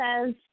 says